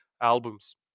albums